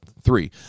Three